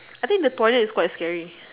I think the toilet is quite scary